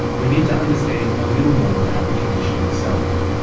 we need to understand a little more about the condition itself.